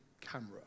camera